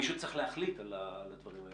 מישהו צריך להחליט על הדברים האלה.